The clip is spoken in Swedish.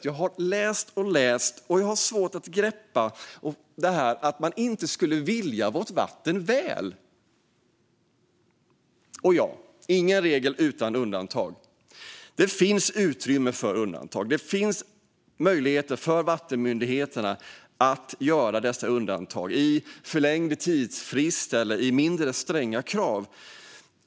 Jag har läst och läst, och jag har svårt att greppa att man inte skulle vilja vårt vatten väl. Och ja, ingen regel utan undantag. Det finns utrymme för undantag. Det finns möjligheter för vattenmyndigheterna att göra undantag i form av förlängd tidsfrist eller mindre stränga krav.